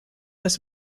was